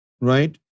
right